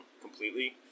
completely